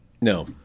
No